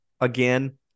again